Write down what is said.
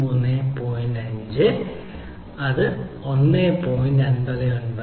5 അതിനാൽ 1